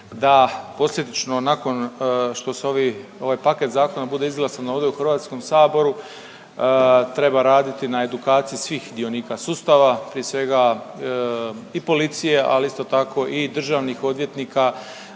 da posljedično nakon što se ovi, ovaj paket zakona bude izglasan ovdje u HS, treba raditi na edukaciji svih dionika sustava, prije svega i policije, ali isto tako i državnih odvjetnika